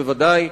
בוודאי.